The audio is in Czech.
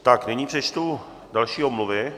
Tak nyní přečtu další omluvy.